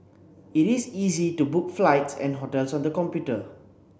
it is easy to book flights and hotels on the computer